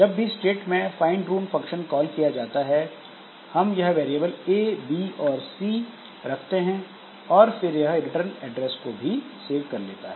जब भी स्टेट में फाइंड रूट फंक्शन कॉल किया जाता है हम यह वेरिएबल ए बी और सी रखते हैं और फिर यह रिटर्न एड्रेस भी सेव कर लेता है